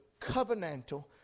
covenantal